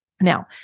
Now